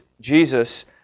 Jesus